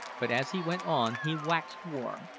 but as he went on he waxed warm,